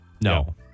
No